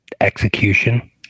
execution